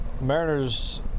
Mariners